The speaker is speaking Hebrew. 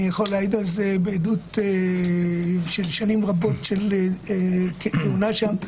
ואני יכול להעיד על זה בעדות משנים רבות של כהונה שם.